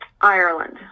Ireland